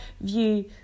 view